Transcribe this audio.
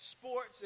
sports